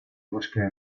bosque